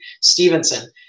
Stevenson